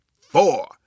four